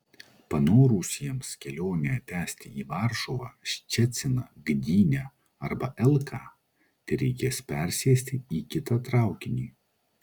panorusiems kelionę tęsti į varšuvą ščeciną gdynę arba elką tereikės persėsti į kitą traukinį